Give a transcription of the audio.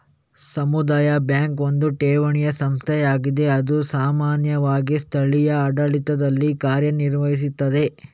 ಸಮುದಾಯ ಬ್ಯಾಂಕು ಒಂದು ಠೇವಣಿ ಸಂಸ್ಥೆಯಾಗಿದ್ದು ಅದು ಸಾಮಾನ್ಯವಾಗಿ ಸ್ಥಳೀಯ ಆಡಳಿತದಲ್ಲಿ ಕಾರ್ಯ ನಿರ್ವಹಿಸ್ತದೆ